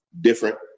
different